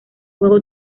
juego